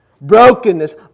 brokenness